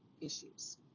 issues